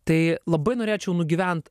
tai labai norėčiau nugyvent